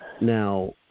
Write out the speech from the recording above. now